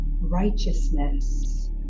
righteousness